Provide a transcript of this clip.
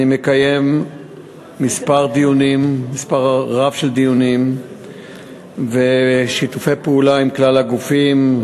אני מקיים מספר רב של דיונים ושיתופי פעולה עם כלל הגופים,